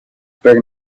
per